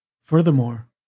Furthermore